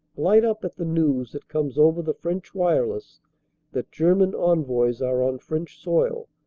light up at the news that comes over the french wireless that german envoys are on french soil,